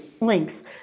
links